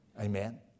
Amen